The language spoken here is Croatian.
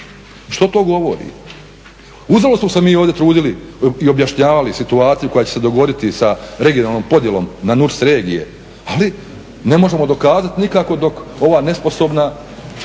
Što to govori? Uzalud smo se mi ovdje trudili i objašnjavali situaciju koja će se dogoditi sa regionalnom podjelom na NUTS regije, ali ne možemo dokazat nikako dok ova nesposobna